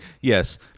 yes